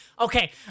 Okay